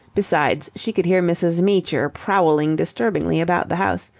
besides, she could hear mrs. meecher prowling disturbingly about the house,